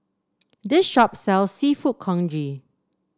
this shop sells seafood congee